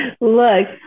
Look